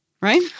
right